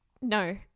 No